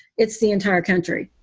it's the entire country